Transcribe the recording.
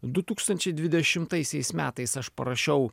du tūkstančiai dvidešimtaisiais metais aš parašiau